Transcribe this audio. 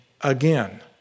again